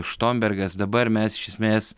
štombergas dabar mes iš esmės